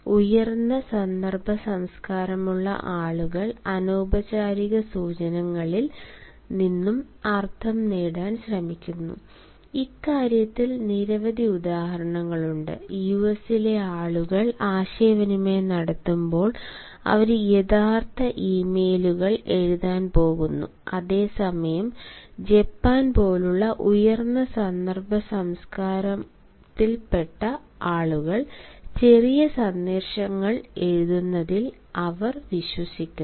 ഉയർന്ന സന്ദർഭ സംസ്കാരമുള്ള ആളുകൾ അനൌപചാരിക സൂചകങ്ങളിൽ നിന്നും അർത്ഥം നേടാൻ ശ്രമിക്കുന്നു ഇക്കാര്യത്തിൽ നിരവധി ഉദാഹരണങ്ങളുണ്ട് യുഎസിലെ ആളുകൾ ആശയവിനിമയം നടത്തുമ്പോൾ അവർ യഥാർത്ഥ ഇമെയിലുകൾ എഴുതാൻ പോകുന്നു അതേസമയം ജപ്പാൻ പോലുള്ള ഉയർന്ന സന്ദർഭ സംസ്കാരത്തിൽ നിന്നുള്ള ആളുകൾ ചെറിയ സന്ദേശങ്ങൾ എഴുതുന്നതിൽ അവർ വിശ്വസിക്കുന്നു